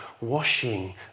washing